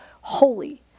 holy